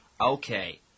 Okay